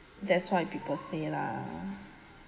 that's why people say lah